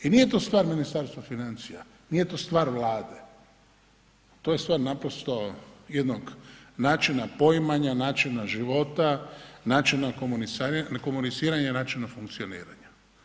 I nije to stvar Ministarstva financije, nije to stvar Vlade, to je stvar naprosto jednog načina poimanja, načina života, načina komuniciranja i načina funkcioniranja.